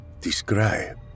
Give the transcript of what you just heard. Describe